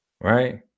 right